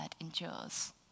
endures